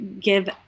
give